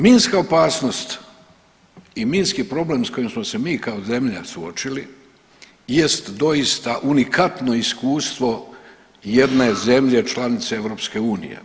Minska opasnost i minski problem s kojim smo se mi kao zemlja suočili jest doista unikatno iskustvo jedne zemlje članice EU.